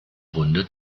runde